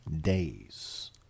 days